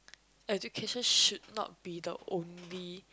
education should not be the only